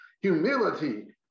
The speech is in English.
humility